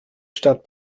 stadt